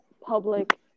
public